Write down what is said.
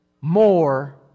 more